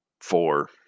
four